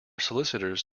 solicitors